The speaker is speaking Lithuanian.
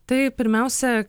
tai pirmiausia